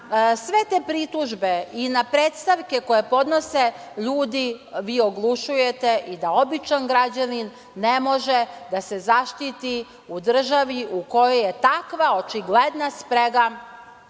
sve te pritužbe i na predstavke koje podnose ljudi, vi oglušujete i da običan građanin ne može da se zaštiti u državi u kojoj je takva, očigledna sprega,